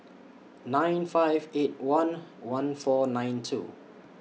nine five eight one one four nine two